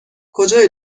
کجای